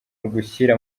ugushyira